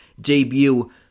debut